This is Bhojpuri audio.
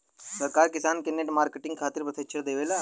सरकार किसान के नेट मार्केटिंग खातिर प्रक्षिक्षण देबेले?